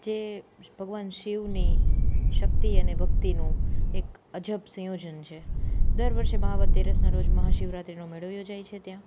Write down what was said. જે ભગવાન શિવની શક્તિ અને ભક્તિનું એક અજબ સંયોજન છે દર વર્ષે મહા વદ તેરસના રોજ મહાશિવરાત્રિનો મેળો યોજાય છે ત્યાં